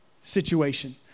situation